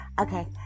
Okay